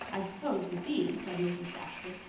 i suppose, will be, said mrs. dashwood,